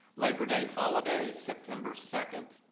labor day holiday september second.